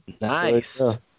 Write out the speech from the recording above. Nice